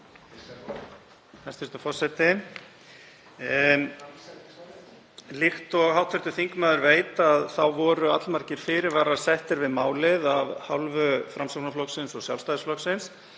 Hæstv. forseti. Líkt og hv. þingmaður veit voru allmargir fyrirvarar settir við málið af hálfu Framsóknarflokksins og Sjálfstæðisflokksins.